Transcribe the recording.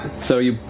so you